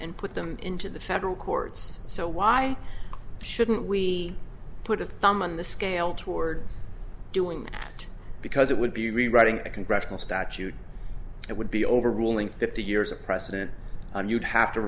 and put them into the federal courts so why shouldn't we put a thumb on the scale toward doing that because it would be rewriting a congressional statute that would be overruling fifty years of precedent and you'd have to